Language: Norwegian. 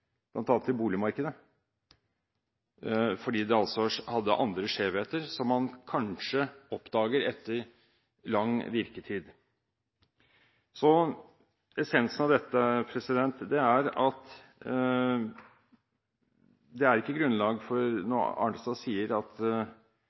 bl.a. i boligmarkedet, fordi det har andre skjevheter som man kanskje oppdager etter lang virketid. Essensen av dette er at det ikke er grunnlag for,